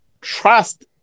trust